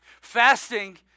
Fasting